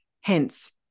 hence